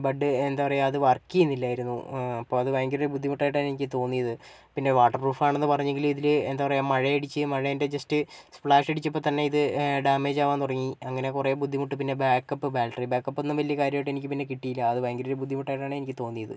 bud എന്താപറയാ അത് work ചെയ്യുന്നില്ലായിരുന്നു അപ്പം അത് ഭയങ്കര ബുദ്ധിമുട്ടായിട്ടാണ് എനിക്ക് തോന്നിയത് പിന്നെ വാട്ടർ പ്രൂഫാണെന്ന് പറഞ്ഞെങ്കിൽ ഇതിൽ എന്താപറയാ മഴ ഇടിച്ചു മഴേൻ്റെ ജസ്റ്റ് സ്പ്ലാഷ് അടിച്ചപ്പോൾത്തന്നെ ഇത് ഡാമേജ് ആകാൻ തുടങ്ങി അങ്ങനെ കുറേ ബുദ്ധിമുട്ട് പിന്നെ ബാക്കപ്പ് ബാറ്ററി ബാക്കപ്പ് ഒന്നും വലിയ കാര്യമായിട്ട് എനിക്ക് പിന്നെ കിട്ടീല്ല അത് ഭയങ്കര ബുദ്ധിമുട്ടായിട്ടാണ് എനിക്ക് തോന്നിയത്